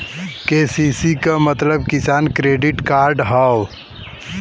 KCC क मतलब किसान क्रेडिट कार्ड हौ